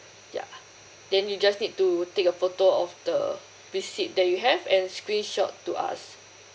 ya then you just need to take a photo of the receipt that you have and screenshot to us